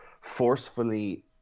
forcefully